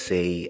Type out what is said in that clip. Say